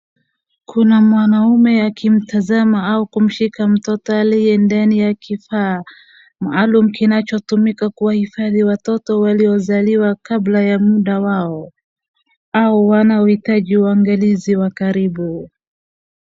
Kuna mwanaume akimtazama au kumshika mtoto aliyendani ya kifaa maalum kinachotumika kuwahifadhii watoto waliozaliwa kabla ya muda wao au wanaohitaji uangalizi wa karibu.